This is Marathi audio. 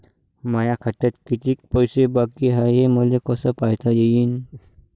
माया खात्यात कितीक पैसे बाकी हाय हे मले कस पायता येईन?